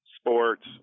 sports